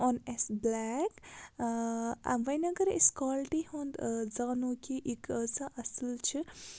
اوٚن اَسہِ بٕلیک وۄنۍ اَگر أسۍ کالٹی ہُنٛد زانو کہِ یہِ کٲژاہ اصٕل چھِ